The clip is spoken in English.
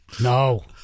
No